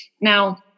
Now